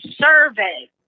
survey